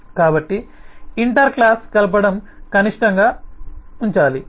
కాబట్టి inter class కలపడం కనిష్టంగా ఉంచాలి